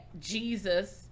Jesus